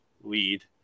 lead